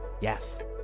Yes